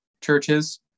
churches